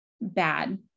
bad